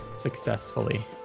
successfully